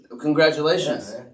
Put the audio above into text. Congratulations